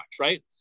right